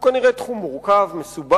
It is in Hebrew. המוצג